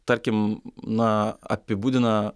tarkim na apibūdina